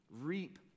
reap